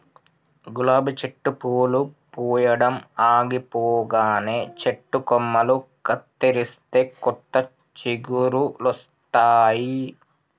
గులాబీ చెట్టు పూలు పూయడం ఆగిపోగానే చెట్టు కొమ్మలు కత్తిరిస్తే కొత్త చిగురులొస్తాయి